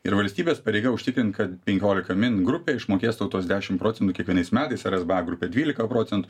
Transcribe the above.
ir valstybės pareiga užtikrint kad penkiolika min grupė išmokės tau tuos dešim procenų kiekvienais metais ar sba grupė dvylika procentų